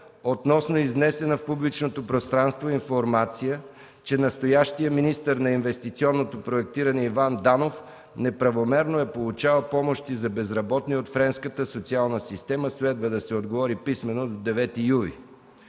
относно изнесена в публичното пространство информация, че настоящият министър на инвестиционното проектиране Иван Данов неправомерно е получавал помощи за безработни от френската социална система. Следва да се отговори писмено до 9 юли;